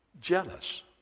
jealous